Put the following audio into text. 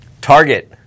Target